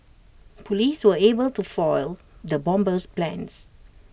Police were able to foil the bomber's plans